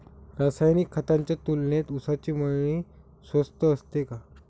रासायनिक खतांच्या तुलनेत ऊसाची मळी स्वस्त असते का?